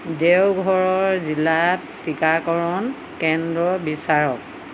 দেওঘৰ জিলাত টীকাকৰণ কেন্দ্ৰ বিচাৰক